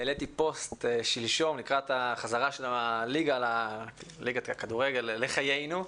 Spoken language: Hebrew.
העליתי פוסט שלשום לקראת החזרה של ליגת הכדורגל לחיינו.